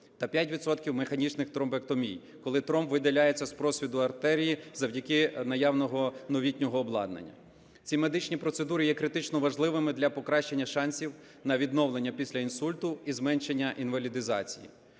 механічни х тромбектомій, коли тромб видаляється з просвіту артерії завдяки наявного новітнього обладнання. Ці медичні процедури є критично важливими для покращення шансів на відновлення після інсульту і зменшення інвалідизації.